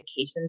medications